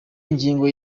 ingingo